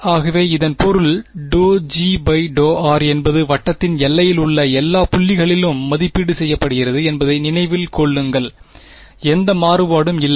ஆகவே இதன் பொருள் ∂G ∂r என்பது வட்டத்தின் எல்லையில் உள்ள எல்லா புள்ளிகளிலும் மதிப்பீடு செய்யப்படுகிறது என்பதை நினைவில் கொள்ளுங்கள் எந்த மாறுபாடும் இல்லை